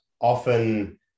often